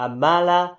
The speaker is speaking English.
Amala